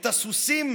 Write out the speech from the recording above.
את הסוסים,